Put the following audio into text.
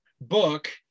book